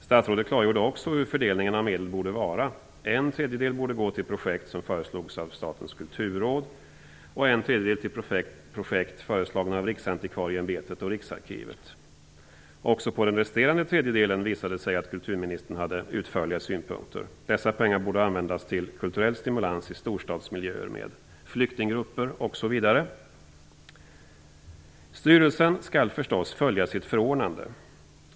Statsrådet klargjorde också hur fördelningen av medel borde vara: En tredjedel borde gå till projekt som föreslogs av Statens kulturråd och en tredjedel till projekt föreslagna av Riksantikvarieämbetet och Riksarkivet. Också när det gällde den resterande tredjedelen visade det sig att kulturministern hade utförliga synpunkter. Dessa pengar borde användas till kulturell stimulans i storstadsmiljöer med flyktinggrupper osv. Styrelsen skall förstås följa sitt förordnande.